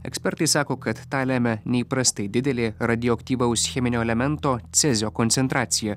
ekspertai sako kad tą lemia neįprastai didelė radioaktyvaus cheminio elemento cezio koncentracija